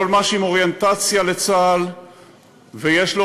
כל מה שעם אוריינטציה לצה"ל ויש לו